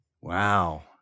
wow